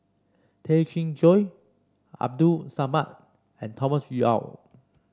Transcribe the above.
Tay Chin Joo Abdul Samad and Thomas Yeo